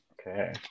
Okay